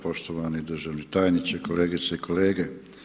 Poštovani državni tajniče, kolegice i kolege.